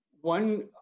one